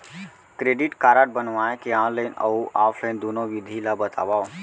Credit card बनवाए के online अऊ ऑफलाइन दुनो विधि ला बतावव?